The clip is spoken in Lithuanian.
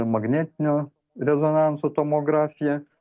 magnetinio rezonanso tomografiją